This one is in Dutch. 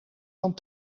dan